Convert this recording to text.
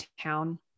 town